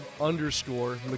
underscore